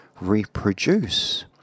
reproduce